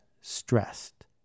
stressed